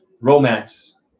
Romance